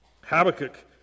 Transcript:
Habakkuk